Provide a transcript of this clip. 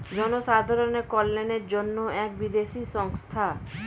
জনসাধারণের কল্যাণের জন্য এক বিদেশি সংস্থা